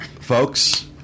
folks